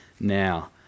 now